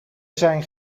zijn